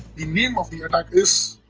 the name of the attack is